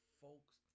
folks